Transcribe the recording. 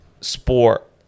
sport